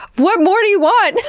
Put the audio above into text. what more do you want?